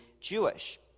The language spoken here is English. Jewish